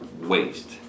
waste